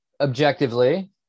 Objectively